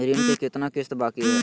ऋण के कितना किस्त बाकी है?